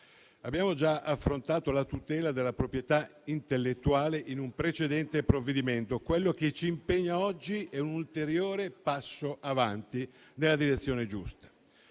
Abbiamo già affrontato la tutela della proprietà intellettuale in un precedente provvedimento. Quello che ci impegna oggi è un ulteriore passo in avanti nella direzione giusta.